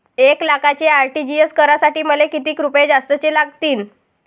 एक लाखाचे आर.टी.जी.एस करासाठी मले कितीक रुपये जास्तीचे लागतीनं?